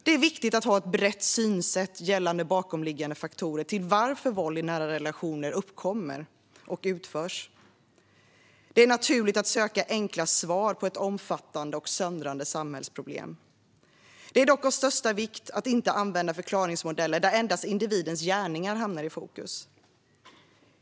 Det är viktigt att ha ett brett synsätt gällande bakomliggande faktorer till varför våld i nära relationer uppkommer och utförs. Det är naturligt att söka enkla svar på ett omfattande och söndrande samhällsproblem. Det är dock av största vikt att inte använda förklaringsmodeller där endast individens gärningar hamnar i fokus.